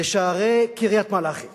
לשערי קריית-מלאכי